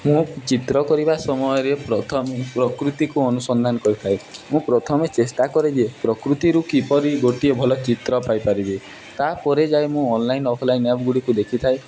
ମୁଁ ଚିତ୍ର କରିବା ସମୟରେ ପ୍ରଥମେ ପ୍ରକୃତିକୁ ଅନୁସନ୍ଧାନ କରିଥାଏ ମୁଁ ପ୍ରଥମେ ଚେଷ୍ଟା କରେ ଯେ ପ୍ରକୃତିରୁ କିପରି ଗୋଟିଏ ଭଲ ଚିତ୍ର ପାଇପାରିବେ ତାପରେ ଯାଇ ମୁଁ ଅନଲାଇନ୍ ଅଫଲାଇନ୍ ଆପ୍ଗୁଡ଼ିକୁ ଦେଖିଥାଏ